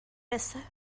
رسه